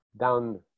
down